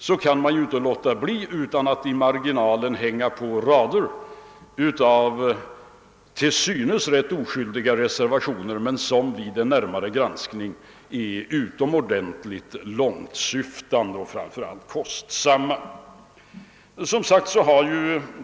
Men de borgerliga kan inte låta bli att i marginalen hänga på rader av till synes rätt oskyldiga reservationer, som vid en närmare granskning dock visar sig utomordentligt långsyftande och framför allt kostsamma.